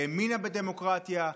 האמינה בדמוקרטיה,